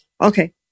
Okay